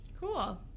Cool